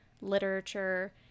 literature